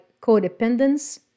codependence